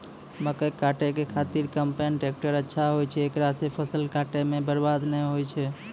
मकई काटै के खातिर कम्पेन टेकटर अच्छा होय छै ऐकरा से फसल काटै मे बरवाद नैय होय छै?